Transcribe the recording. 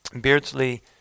Beardsley